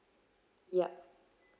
yup